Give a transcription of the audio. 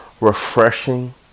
refreshing